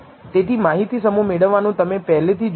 તેથી માહિતી સમૂહ મેળવવાનું તમે પહેલેથી જોઈ લીધું